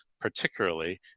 particularly